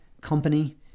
company